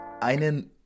einen